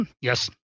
yes